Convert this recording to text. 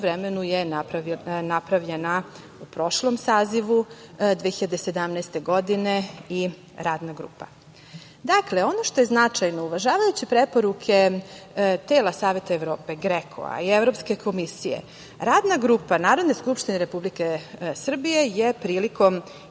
međuvremenu je napravljena, u prošlom sazivu, 2017. godine i radna grupa. Dakle, ono što je značajno, uvažavajući preporuke tela Saveta Evrope, GREKO-a i Evropske komisije, Radna grupa Narodne skupštine Republike Srbije je prilikom